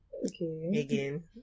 Again